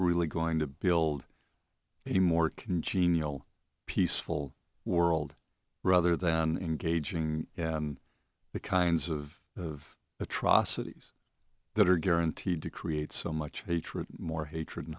really going to build a more congenial peaceful world rather than engaging the kinds of atrocities that are guaranteed to create so much hatred more hatred and